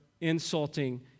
insulting